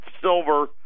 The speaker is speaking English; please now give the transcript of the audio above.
silver